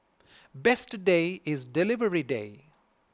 best day is delivery day